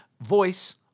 voice